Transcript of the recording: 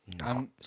No